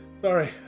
sorry